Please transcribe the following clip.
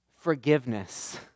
Forgiveness